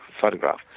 photograph